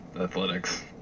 athletics